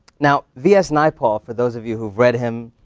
now, vs naipaul, for those of you who've read him,